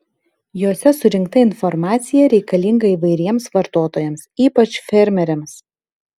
jose surinkta informacija reikalinga įvairiems vartotojams ypač fermeriams